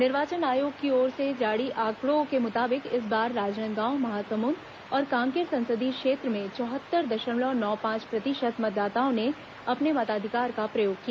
निर्वाचन आयोग की ओर से जारी आंकड़ों के मुताबिक इस बार राजनांदगांव महासमुंद और कांकेर संसदीय क्षेत्र में चौहत्तर दशमलव नौ पांच प्रतिशत मतदाताओं ने अपने मताधिकार का प्रयोग किया